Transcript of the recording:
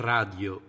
Radio